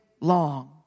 long